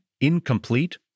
incomplete